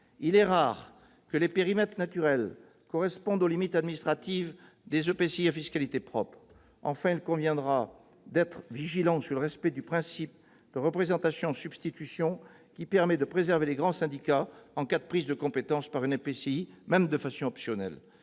Il est rare que les périmètres naturels correspondent aux limites administratives des EPCI à fiscalité propre. Enfin, il conviendra d'être vigilant sur le respect du principe de représentation-substitution, qui permet de préserver les grands syndicats en cas de prise de compétence par un EPCI, même de façon optionnelle.